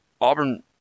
Auburn